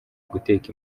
guteka